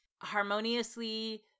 harmoniously